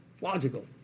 Logical